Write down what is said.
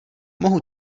mohu